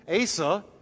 Asa